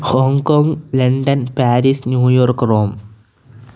Hong Kong London Paris New York Rome